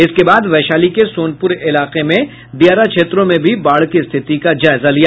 इसके बाद वैशाली के सोनपुर इलाके में दियारा क्षेत्रों में भी बाढ़ की स्थिति का जायजा लिया